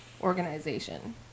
organization